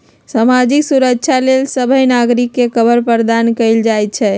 सामाजिक सुरक्षा लेल सभ नागरिक के कवर प्रदान कएल जाइ छइ